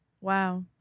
Wow